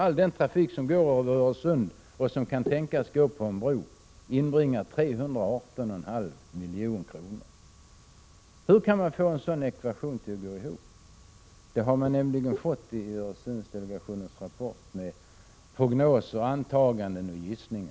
All den trafik som i dag går över sundet och som kan tänkas gå över bron inbringar 318,5 milj.kr. Då frågar jag: Hur kan man få ekvationen att gå ihop? I Öresundsdelegationens rapport har man nämligen gjort det med prognoser, antaganden och gissningar. let få antecknat att han inte ägde rätt till ytterligare inlägg.